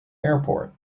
airport